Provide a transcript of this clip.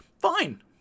Fine